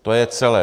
To je celé.